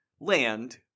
Land